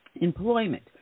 employment